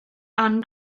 anne